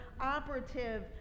operative